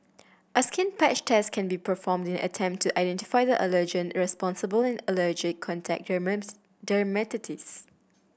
a skin patch test can be performed in an attempt to identify the allergen responsible in allergic contact dermatitis